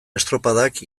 estropadak